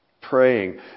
praying